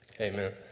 amen